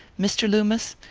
mr. loomis?